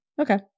Okay